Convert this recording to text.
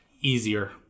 easier